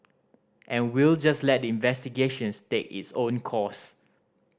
and we'll just let the investigations take its own course